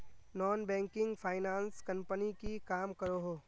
Non banking finance company की काम करोहो?